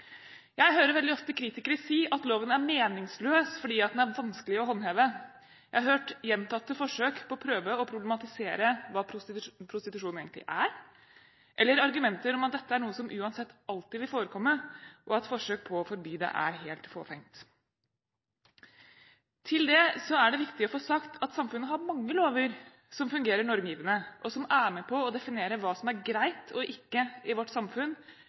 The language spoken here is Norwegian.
Jeg hører veldig ofte kritikere si at loven er meningsløs fordi den er vanskelig å håndheve. Jeg har hørt gjentatte forsøk på å prøve å problematisere hva prostitusjon egentlig er og argumenter om at dette er noe som uansett alltid vil forekomme, og at forsøk på å forby det er helt fåfengt. Til det er det viktig å få sagt at samfunnet har mange lover som fungerer normgivende, og som er med på å definere hva som er greit og ikke i vårt samfunn,